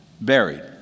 buried